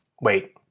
Wait